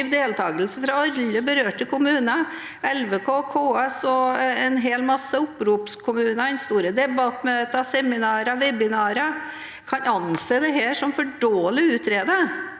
deltakelse fra alle berørte kommuner, LVK, KS og en hel masse «oppropskommuner», store debattmøter, seminarer og webinarer, kan anses som for dårlig utredet.